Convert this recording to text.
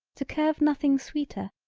to curve nothing sweeter,